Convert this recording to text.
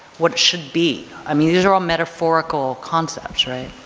what should be. i mean, these are all metaphorical concepts right.